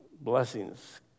Blessings